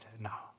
now